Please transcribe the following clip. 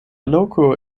loko